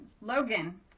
Logan